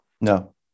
no